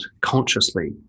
consciously